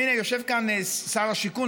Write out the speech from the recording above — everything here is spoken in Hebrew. הינה, יושב כאן שר השיכון.